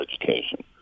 education